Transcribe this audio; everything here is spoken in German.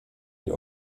die